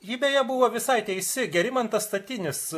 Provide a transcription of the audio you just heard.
ji beje buvo visai teisi gerimantas statinis